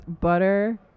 butter